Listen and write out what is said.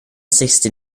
sixty